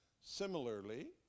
Similarly